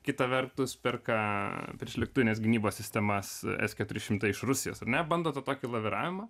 kita vertus perka priešlėktuvinės gynybos sistemas s keturi šimtai iš rusijos ar ne bando tą tokį laviravimą